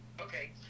Okay